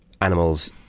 animals